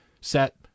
set